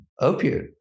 opiate